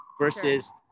Versus